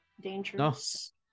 dangerous